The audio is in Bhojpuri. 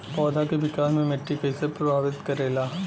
पौधा के विकास मे मिट्टी कइसे प्रभावित करेला?